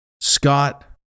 Scott